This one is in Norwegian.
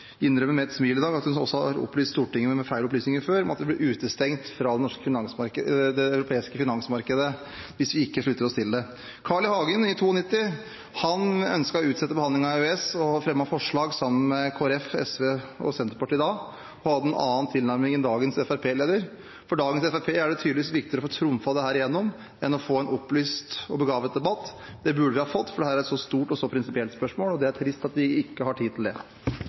– med et smil – i dag at hun har gitt Stortinget feil opplysninger før, om at vi blir utestengt fra det europeiske finansmarkedet hvis vi ikke slutter oss til det. Carl I. Hagen ønsket i 1992 å utsette behandlingen av EØS og fremmet forslag sammen med Kristelig Folkeparti, SV og Senterpartiet da. Han hadde en annen tilnærming enn dagens Fremskrittsparti-leder. For Fremskrittspartiet i dag er det tydeligvis viktigere å få trumfet dette gjennom enn å få en opplyst og begavet debatt. Det burde vi ha fått, for dette er et så stort og så prinsipielt spørsmål, og det er trist at vi ikke har tid til det.